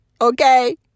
Okay